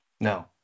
no